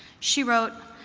she wrote,